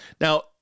now